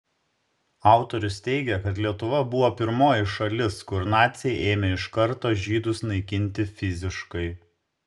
autorius teigia kad lietuva buvo pirmoji šalis kur naciai ėmė iš karto žydus naikinti fiziškai